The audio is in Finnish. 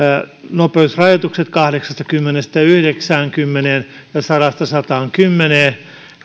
nopeusrajoitukset kahdeksastakymmenestä yhdeksäänkymmeneen ja sadasta sataankymmeneen